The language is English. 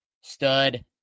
stud